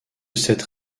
cette